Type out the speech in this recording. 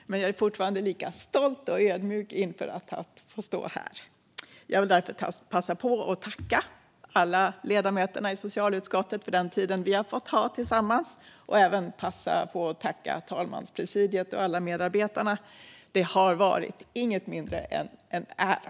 Men jag är fortfarande lika stolt och ödmjuk inför att få stå här. Jag vill därför passa på att tacka alla ledamöterna i socialutskottet för den tid vi har fått ha tillsammans, och jag vill även passa på att tacka talmanspresidiet och alla medarbetarna. Det har varit inget mindre än en ära.